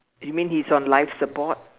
you mean he's on life support